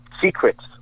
Secrets